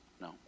No